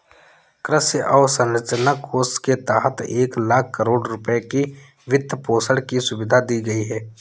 कृषि अवसंरचना कोष के तहत एक लाख करोड़ रुपए की वित्तपोषण की सुविधा दी गई है